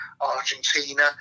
Argentina